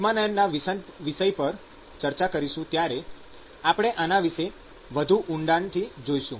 ઉષ્માનયનના વિષય પર ચર્ચા કરીશું ત્યારે આપણે આના વિશે વધુ ઊંડાણના જોઇશું